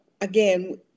again